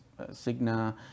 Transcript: Cigna